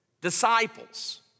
disciples